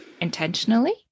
intentionally